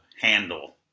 handle